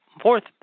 fourth